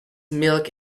milk